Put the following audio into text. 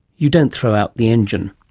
you don't throw out the engine.